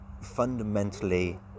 fundamentally